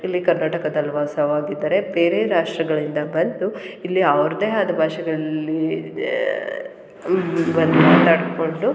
ಇಲ್ಲಿ ಕರ್ನಾಟಕದಲ್ಲಿ ವಾಸವಾಗಿದ್ದಾರೆ ಬೇರೆ ರಾಷ್ಟ್ರಗಳಿಂದ ಬಂದು ಇಲ್ಲಿ ಅವ್ರದ್ದೇ ಆದ ಭಾಷೆಗಳಲ್ಲಿ ಇಲ್ಲಿ ಬಂದು ಮಾತಾಡಿಕೊಂಡು